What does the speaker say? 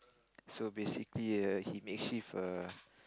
so basically err he makeshift a